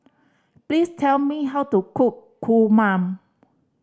please tell me how to cook kurma